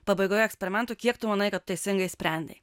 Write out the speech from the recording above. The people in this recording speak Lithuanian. pabaigoje eksperimentų kiek tu manai kad teisingai sprendei